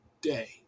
day